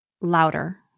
louder